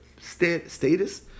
status